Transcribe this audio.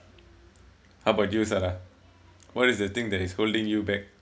how about you sala what is the thing that is holding you back